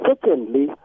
Secondly